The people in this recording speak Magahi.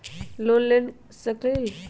हम लोन ले सकील?